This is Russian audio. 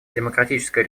демократическая